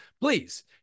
please